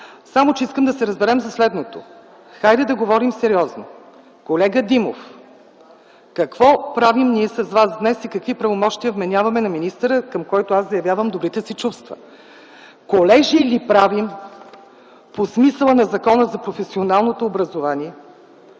само че искам да се разберем за следното – хайде да говорим сериозно. Колега Димов, какво правим ние с Вас днес и какви правомощия вменяваме на министъра, към когото аз заявявам добрите си чувства? Колежи ли правим по смисъла на Закона за професионалното образование,